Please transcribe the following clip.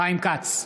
חיים כץ,